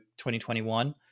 2021